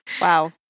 Wow